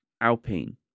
Alpine